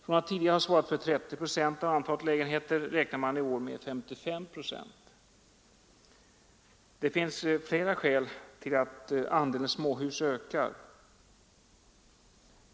Från att tidigare ha svarat för 30 procent av antalet lägenheter räknar man i år med 55 procent. Det finns flera skäl till att andelen småhus ökar.